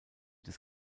des